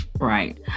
Right